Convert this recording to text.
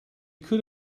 could